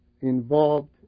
involved